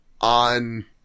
on